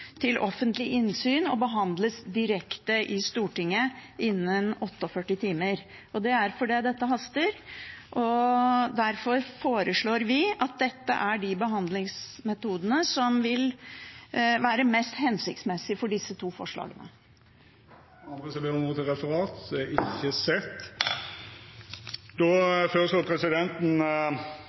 til offentlig innsyn og behandles direkte i Stortinget innen 48 timer. Det er fordi det haster. Derfor foreslår vi at dette er de behandlingsmetodene som vil være mest hensiktsmessig for disse to forslagene. Stortinget går då først til votering over behandlingsmåten når det gjeld Dokument 8:103 S for 2019–2020. Presidenten